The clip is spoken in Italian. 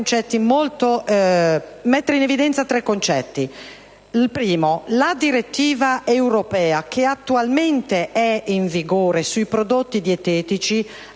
In primo luogo, la direttiva europea attualmente in vigore sui prodotti dietetici